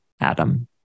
Adam